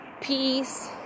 peace